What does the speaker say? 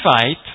fight